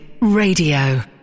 Radio